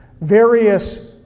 various